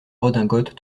redingote